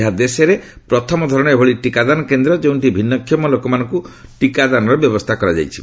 ଏହା ଦେଶରେ ପ୍ରଥମ ଧରଣର ଏଭଳି ଟିକାଦାନ କେନ୍ଦ୍ର ଯେଉଁଠି ଭିନ୍ନକ୍ଷମ ଲୋକମାନଙ୍କୁ ଟିକାଦାନର ବ୍ୟବସ୍ଥା ରହିଛି